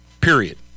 period